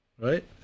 Right